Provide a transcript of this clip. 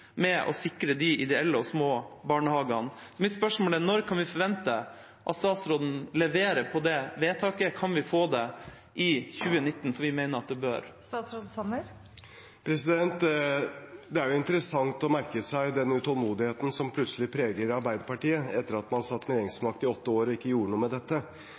å sikre de ideelle og små barnehagene. Så mitt spørsmål er: Når kan vi forvente at statsråden leverer på det vedtaket? Kan vi få det i 2019, som vi mener at vi bør? Det er interessant å merke seg den utålmodigheten som plutselig preger Arbeiderpartiet, etter at man satt med regjeringsmakt i åtte år og ikke gjorde noe med dette.